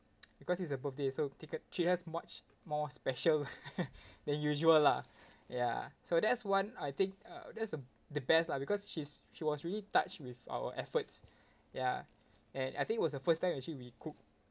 because it's her birthday so take it she has much more special than usual lah ya so that's one I think uh that's the the best lah because she's she was really touched with our efforts ya and I think was the first time actually we cooked